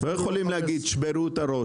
לא יכולים להגיד "תשברו את הראש".